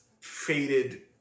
faded